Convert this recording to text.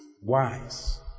Wise